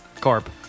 Corp